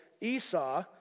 Esau